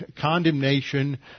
condemnation